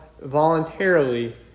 voluntarily